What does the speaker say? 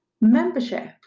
Membership